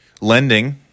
lending